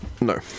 No